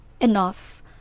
enough